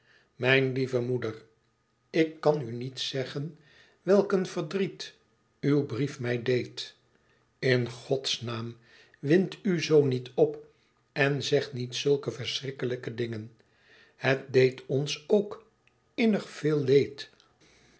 mijn lieve moeder ik kan u niet zeggen welk een verdriet uw brief mij deed in gods naam wind u zoo niet op en zeg niet zulke verschrikkelijke dingen het deed ons ook innig veel leed